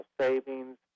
savings